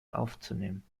aufzunehmen